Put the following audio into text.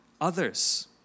others